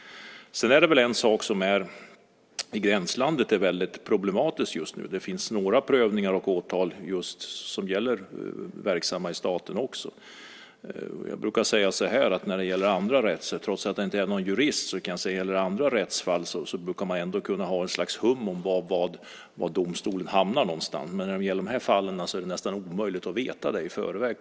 Sedan är sådant som ligger i gränslandet väldigt problematiskt just nu. Det finns några prövningar och åtal som gäller just personer verksamma i staten. Trots att jag inte är jurist brukar jag säga att när det gäller andra rättsfall brukar jag ändå ha något slags hum om vad domstolen ska komma fram till. Men när det gäller dessa fall är det nästan omöjligt att veta det i förväg.